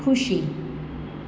ખુશી